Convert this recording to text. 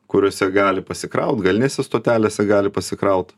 kuriuose gali pasikraut galinėse stotelėse gali pasikraut